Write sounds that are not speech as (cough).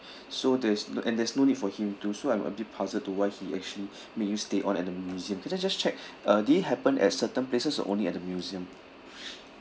(breath) so there's and there's no need for him to so I'm a bit puzzled to why he actually (breath) make you stay on at the museum can I just check (breath) uh did it happen at certain places or only at the museum